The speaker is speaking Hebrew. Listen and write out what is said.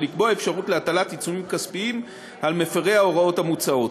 ולקבוע אפשרות של הטלת עיצומים כספיים על מפרי ההוראות המוצעות.